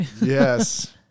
Yes